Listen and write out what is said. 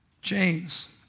James